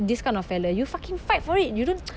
this kind of fella you fucking fight for it you don't